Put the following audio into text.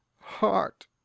heart